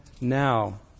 now